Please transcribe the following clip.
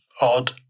odd